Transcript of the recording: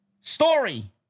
Story